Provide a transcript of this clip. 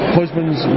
husbands